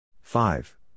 five